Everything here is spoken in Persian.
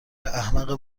احمق